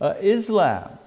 Islam